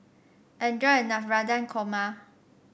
enjoy your Navratan Korma